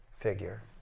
figure